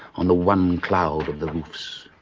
on the one cloud of the roofs.